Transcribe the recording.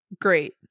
great